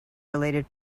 related